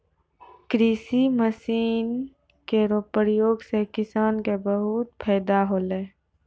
कृषि मसीन केरो प्रयोग सें किसान क बहुत फैदा होलै